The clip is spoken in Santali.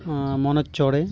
ᱢᱚᱱᱚᱡᱽ ᱪᱚᱬᱮ